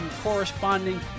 corresponding